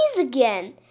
again